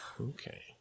Okay